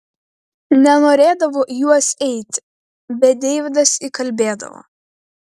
nenorėdavo į juos eiti bet deividas įkalbėdavo